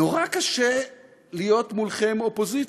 נורא קשה להיות מולכם אופוזיציה,